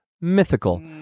mythical